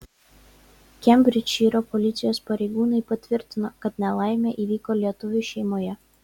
kembridžšyro policijos pareigūnai patvirtino kad nelaimė įvyko lietuvių šeimoje